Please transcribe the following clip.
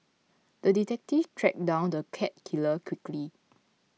the detective tracked down the cat killer quickly